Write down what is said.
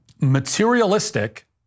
materialistic